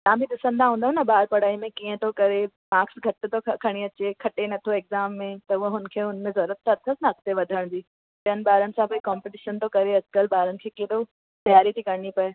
तव्हां बि ॾिसंदा हूंदव न ॿारु पढ़ाईअ में कीअं थो करे माक्स घटि थो खणी अचे खटे नथो एक्ज़ाम में त उहो हुनखे हुन में ज़रूरत त अथसि न अॻिते वधण में ॿियनि ॿारनि सां बि कॉम्पिटीशन थो करे अॼु कल्ह ॿार खे केॾो तियारी थी करिणी पए